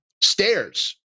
Stairs